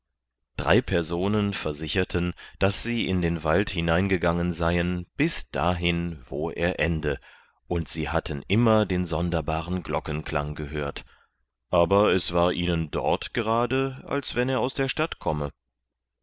drei personen versicherten daß sie in den wald hineingegangen seien bis dahin wo er ende und sie hatten immer den sonderbaren glockenklang gehört aber es war ihnen dort gerade als wenn er aus der stadt komme